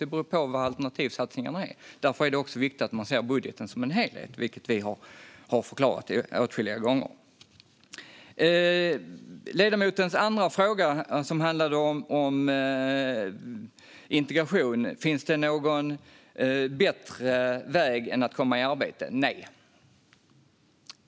Det beror på vad alternativsatsningarna är. Därför är det också viktigt att man ser budgeten som en helhet, vilket vi har förklarat åtskilliga gånger. Ledamotens andra fråga handlade om integration. Finns det någon bättre väg än att komma i arbete? Nej.